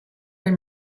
nel